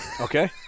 okay